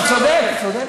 הוא צודק.